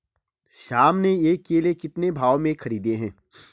श्याम ने ये केले कितने भाव में खरीदे हैं?